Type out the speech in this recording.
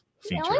feature